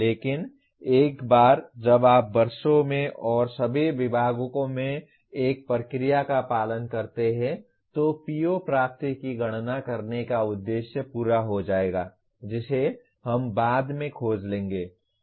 लेकिन एक बार जब आप वर्षों में और सभी विभागों में एक प्रक्रिया का पालन करते हैं तो PO प्राप्ति की गणना करने का उद्देश्य पूरा हो जाएगा जिसे हम बाद में खोज लेंगे